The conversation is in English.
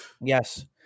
Yes